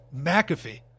McAfee